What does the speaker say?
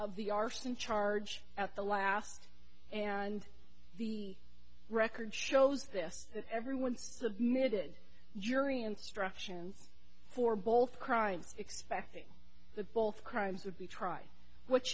of the arson charge at the last and the record shows this that everyone submitted jury instructions for both crimes expecting the both crimes would be tried what